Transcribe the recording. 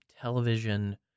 television